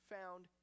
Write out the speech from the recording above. found